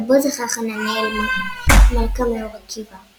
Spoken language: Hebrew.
ובו זכה חננאל מלכה מאור עקיבא.